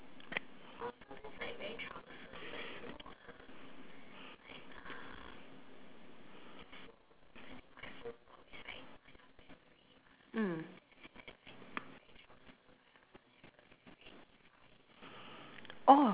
mm